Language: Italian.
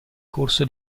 corso